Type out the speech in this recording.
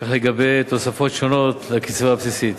כך גם לגבי תוספות שונות לקצבה הבסיסית.